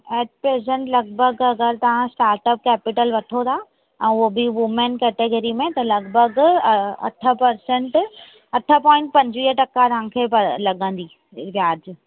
eight present लॻभॻि अगरि तव्हां स्टार्टअप कैपीटल वठो था ऐं उहो बि वूमेन कैटेगरी में त लॻभॻि अ अठु परसेंट अठु पॉईंट पंजवीह टका तव्हांखे ब लॻंदी व्याजु